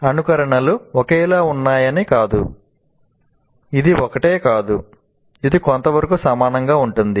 అనుకరణలు ఒకేలా ఉన్నాయని కాదు ఇది ఒకటే కాదు ఇది కొంతవరకు సమానంగా ఉంటుంది